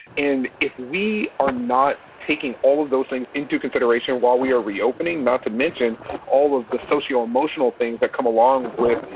and if we are not taking all of those things into consideration while we are reopening, not to mention all of the socio emotional things that come along with,